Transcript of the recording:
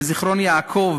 בזיכרון-יעקב,